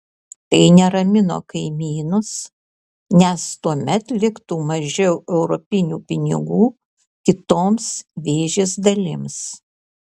tai neramino kaimynus nes tuomet liktų mažiau europinių pinigų kitoms vėžės dalims